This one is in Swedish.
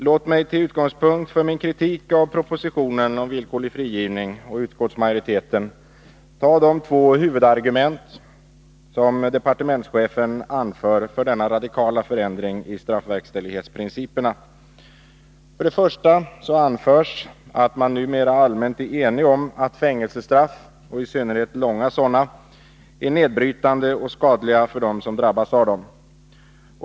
Låt mig till utgångspunkt för min kritik av propositionen om villkorlig frigivning och av utskottsmajoriteten ta de två huvudargument som departementschefen anför för denna radikala förändring i straffverkställighetsprinciperna. För det första anförs att man numera allmänt är enig om att fängelsestraff, och i synnerhet långa sådana, är nedbrytande och skadliga för dem som drabbas av dem.